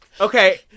Okay